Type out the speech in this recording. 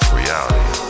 reality